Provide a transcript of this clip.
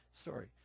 story